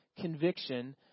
conviction